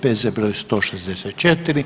P.Z. br. 164.